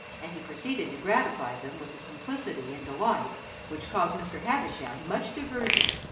and he proceeded to gratify them with a simplicity and delight which caused mr. havisham much diversion.